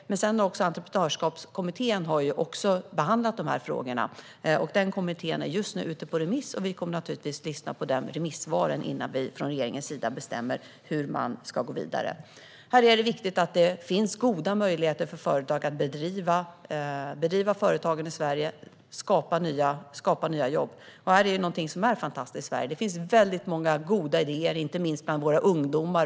Entreprenörskapskommittén har också behandlat frågorna. Det är just nu ute på remiss, och vi kommer naturligtvis att lyssna på remissvaren innan vi från regeringens sida bestämmer hur man ska gå vidare. Det är viktigt att det finns goda möjligheter att bedriva företagande i Sverige och att skapa nya jobb. Det är någonting som är fantastiskt i Sverige. Det finns väldigt många goda idéer, inte minst bland våra ungdomar.